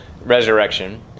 resurrection